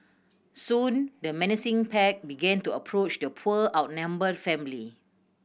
soon the menacing pack began to approach the poor outnumbered family